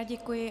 Děkuji.